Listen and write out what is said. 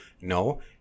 No